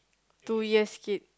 two years kid